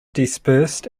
dispersed